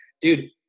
Dude